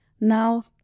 Now